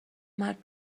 مرد